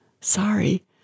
Sorry